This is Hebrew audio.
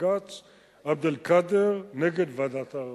בבג"ץ עבד אל-קאדר נגד ועדת העררים.